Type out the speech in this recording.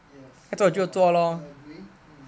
yes 说的好 I agree